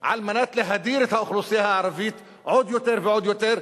על מנת להדיר את האוכלוסייה הערבית עוד יותר ועוד יותר,